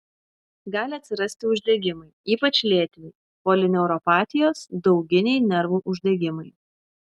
gali atsirasti uždegimai ypač lėtiniai polineuropatijos dauginiai nervų uždegimai